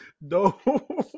No